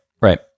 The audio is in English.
Right